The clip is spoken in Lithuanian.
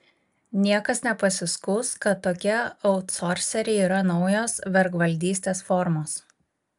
niekas nepasiskųs kad tokie autsorseriai yra naujos vergvaldystės formos